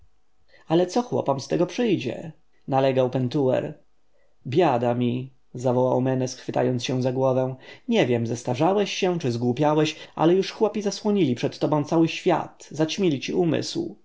ale co chłopom z tego przyjdzie nalegał pentuer biada mi zawołał menes chwytając się za głowę nie wiem zestarzałeś się czy zgłupiałeś ale już chłopi zasłonili przed tobą cały świat zaćmili ci umysł